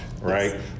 right